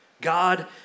God